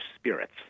spirits